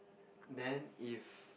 then if